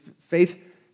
faith